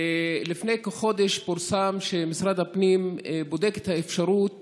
לפני כחודש פורסם שמשרד הפנים בודק את האפשרות